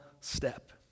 step